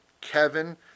Kevin